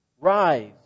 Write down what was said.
Rise